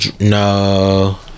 No